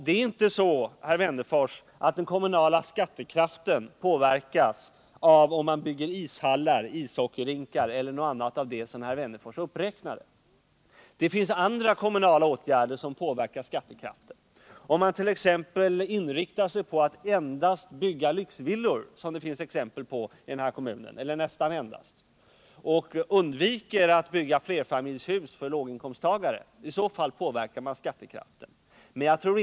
Det är inte så, herr Wennerfors, att den kommunala skattekraften påverkas av att man bygger isbanor, ishockeyrinkar eller någonting annat av det som herr Wennerfors räknade upp. Det är andra kommunala åtgärder som påverkar skattekraften. Om man inriktar sig på att nästan bara bygga lyxvillor — det finns exempel på det i en del kommuner — och undviker att bygga flerfamiljshus för låginkomsttagare, så påverkar man skattekraften.